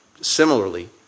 similarly